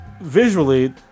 visually